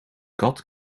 kat